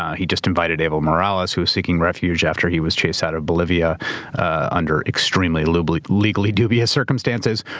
he just invited evo morales, who was seeking refuge after he was chased out of bolivia under extremely legally legally dubious circumstances.